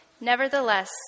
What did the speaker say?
Nevertheless